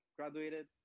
graduated